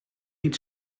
niet